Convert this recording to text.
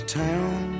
town